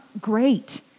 great